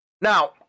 Now